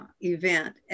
event